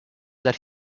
that